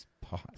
Pause